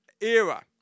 era